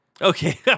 Okay